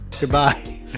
Goodbye